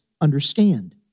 understand